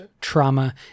trauma